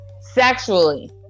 sexually